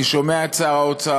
אני שומע את שר האוצר,